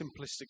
simplistic